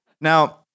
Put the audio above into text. Now